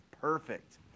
Perfect